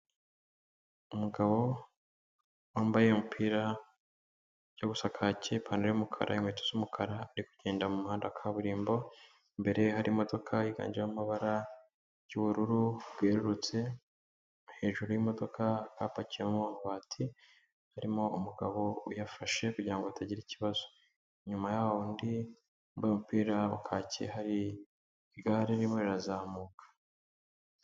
Umugabo wambaye umupira ujya gusa kaki, ipantaro y'umukara, inkweto z'umukara, ari kugenda mumuhanda kaburimbo imbere harimo iganjemo amabara y'ubururu bwerurutse hejuru y'imodoka apakiyemobati, harimo umugabo uyafashe kugirango ha atagira ikibazo, inyuma yaho undi umupira ukakiye hari igare ri rimwe rirazamuka.